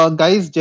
guys